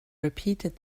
repeated